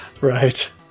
Right